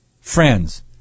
friends